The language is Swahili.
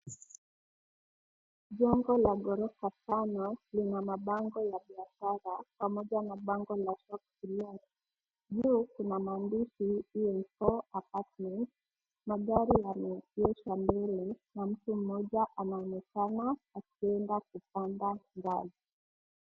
Jengo la ghorofa tano lina mabango ya biashara pamoja na bango la shops to let . Juu kuna maandishi M4 Apartments. Magari yameegeshwa mbele na mtu mmoja anaonekana akienda kupanda ngazi.